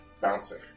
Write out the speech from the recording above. bouncing